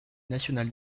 nationale